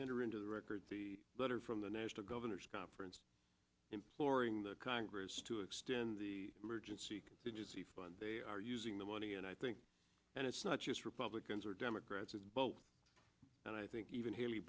enter into the record the letter from the national governors conference imploring the congress to extend the emergency agencies fund they are using the money and i think and it's not just republicans or democrats but then i think even haley